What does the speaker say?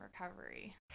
recovery